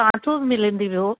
किथां मिलंदी ॿियो